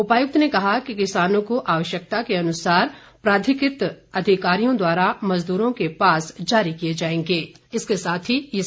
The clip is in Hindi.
उपायुक्त ने कहा कि किसानों को आवश्यकता के अनुसार प्राधिकृत अधिकारियों द्वारा मजदूरों के पास जारी किए जाएंगे